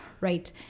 right